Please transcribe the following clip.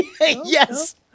Yes